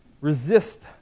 resist